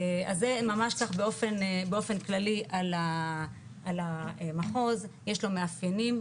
אז זה צריך ממש באופן כללי על המחוז יש לו מאפיינים,